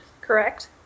correct